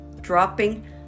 dropping